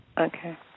Okay